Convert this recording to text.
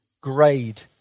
grade